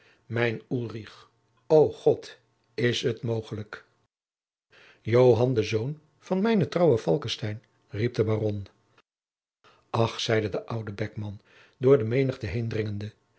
mijn ulrich o god is het mogelijk joan de zoon van mijnen trouwen falckestein riep de baron ach zeide de oude beckman door de menigte heendringende